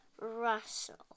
Russell